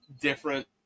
different